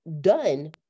done